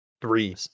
three